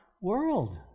world